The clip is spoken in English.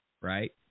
right